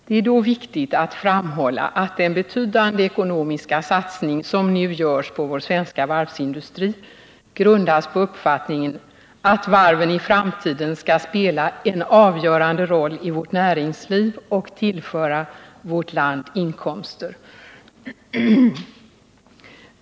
Det är då viktigt att framhålla att den betydande ekonomiska satsning som nu görs på vår svenska varvsindustri grundas på uppfattningen att varven i framtiden skall spela en avgörande roll i vårt näringsliv och tillföra vårt land inkomster.